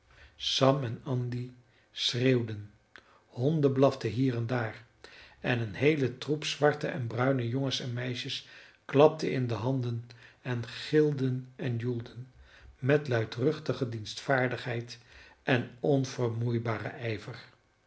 sam en andy schreeuwden honden blaften hier en daar en een heele troep zwarte en bruine jongens en meisjes klapte in de handen en gilde en joelde met luidruchtige dienstvaardigheid en onvermoeibaren ijver